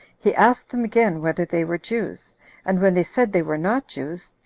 he asked them again whether they were jews and when they said they were not jews,